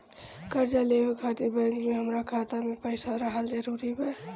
कर्जा लेवे खातिर बैंक मे हमरा खाता मे पईसा रहल जरूरी बा?